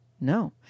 No